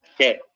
okay